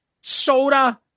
soda